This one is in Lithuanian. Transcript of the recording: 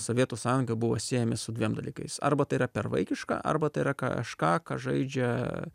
sovietų sąjunga buvo siejami su dviem dalykais arba tai yra per vaikiška arba tai yra kažką ką žaidžia